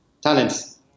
talents